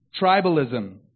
Tribalism